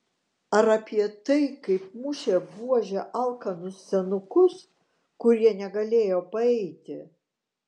ar apie tai kaip mušė buože alkanus senukus kurie negalėjo paeiti